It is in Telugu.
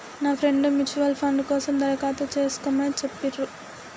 నా ఫ్రెండు ముచ్యుయల్ ఫండ్ కోసం దరఖాస్తు చేస్కోమని చెప్పిర్రు